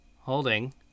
Holding